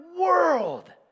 world